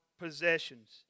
possessions